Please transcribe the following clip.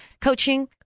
coaching